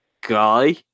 guy